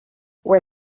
were